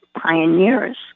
pioneers